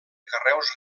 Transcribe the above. carreus